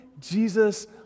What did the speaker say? Jesus